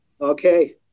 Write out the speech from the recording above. Okay